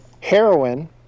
heroin